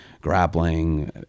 grappling